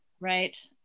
right